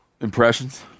Impressions